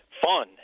fun